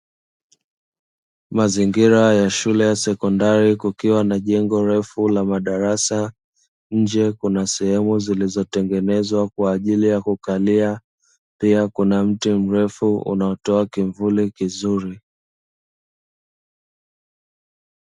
Mazingira ya shule ya sekondari kukiwa na jengo refu la madarasa. Nje kuna sehemu zilizotengenezwa kwa ajili ya kukalia, pia kuna mti mrefu unatoa kimvuli kizuri.